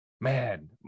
man